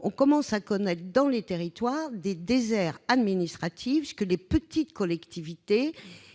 on commence à voir apparaître des déserts administratifs. Les petites collectivités